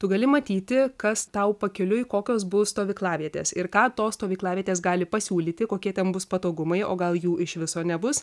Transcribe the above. tu gali matyti kas tau pakeliui kokios bus stovyklavietės ir ką tos stovyklavietės gali pasiūlyti kokie ten bus patogumai o gal jų iš viso nebus